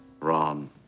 Ron